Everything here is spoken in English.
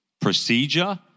procedure